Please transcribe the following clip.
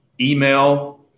email